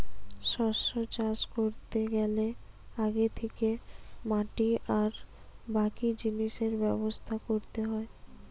শস্য চাষ কোরতে গ্যালে আগে থিকে মাটি আর বাকি জিনিসের ব্যবস্থা কোরতে হয়